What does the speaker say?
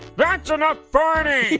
that's enough farting. now,